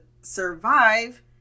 survive